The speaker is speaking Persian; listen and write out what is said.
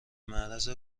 معرض